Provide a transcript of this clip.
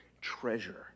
treasure